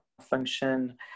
function